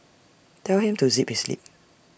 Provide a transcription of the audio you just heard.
tell him to zip his lip